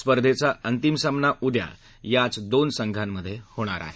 स्पथेंचा अंतिम सामना उद्या याच दोन संघांमध्ये होणार आहे